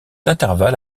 intervalle